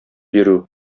йөрү